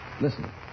Listen